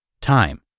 time